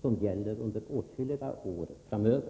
som gäller under åtskilliga år framöver.